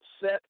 set